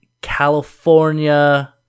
California